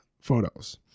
photos